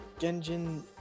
Genjin